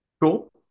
Cool